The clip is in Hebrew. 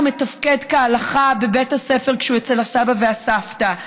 מתפקד כהלכה בבית הספר כשהוא אצל הסבא והסבתא,